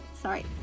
Sorry